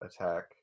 Attack